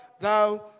thou